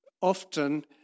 often